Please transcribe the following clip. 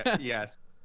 yes